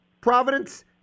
Providence